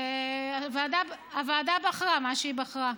והוועדה בחרה מה שהיא בחרה.